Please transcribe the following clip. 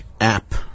app